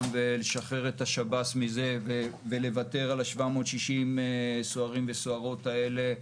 ולשחרר את השב"ס מזה ולוותר על 760 הסוהרים והסוהרות האלה,